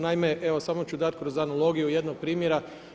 Naime, evo samo ću dat kroz analogiju jednog primjera.